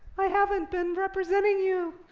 i haven't been representing you.